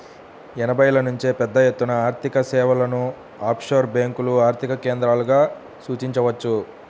ఎనభైల నుంచే పెద్దఎత్తున ఆర్థికసేవలను ఆఫ్షోర్ బ్యేంకులు ఆర్థిక కేంద్రాలుగా సూచించవచ్చు